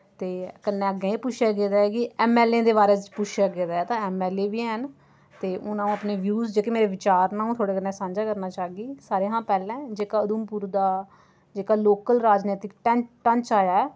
ते कन्नै अग्गें एह् पुच्छेआ गेदा ऐ कि ऐम्म ऐल्ल ए दे बारे च पुच्छेआ गेदा ऐ ते ऐम्म ऐल्ल ए बी हैन ते हुन अ'ऊं अपने व्यूज जेह्के मेरे विचार न अ'ऊं थुआढ़े कन्नै सांझा करना चाह्गी सारें शा पैह्लें जेह्का उधमपुर दा जेह्का लोकल राजनीतिक ढांचा ऐ